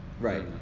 Right